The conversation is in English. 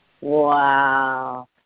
Wow